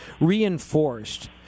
reinforced